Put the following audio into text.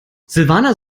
silvana